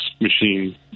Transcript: machine